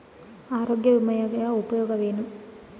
ಆರೋಗ್ಯ ವಿಮೆಯ ಉಪಯೋಗ ಏನ್ರೀ?